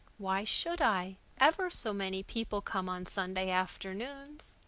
why should i? ever so many people come on sunday afternoons.